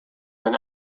ein